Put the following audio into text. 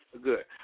Good